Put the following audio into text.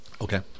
Okay